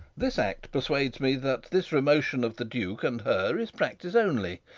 this act persuades me that this remotion of the duke and her is practice only.